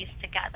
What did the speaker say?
together